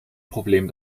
problem